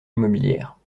immobilière